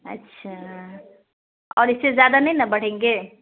اچھا اور اس سے زیادہ نہیں ن بڑھیں گے